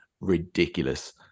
ridiculous